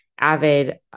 avid